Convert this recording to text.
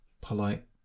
polite